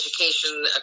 education